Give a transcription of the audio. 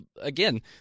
again